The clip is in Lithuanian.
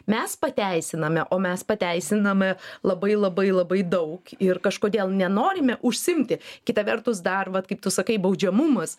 mes pateisiname o mes pateisiname labai labai labai daug ir kažkodėl nenorime užsiimti kita vertus dar vat kaip tu sakai baudžiamumas